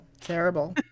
terrible